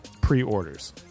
pre-orders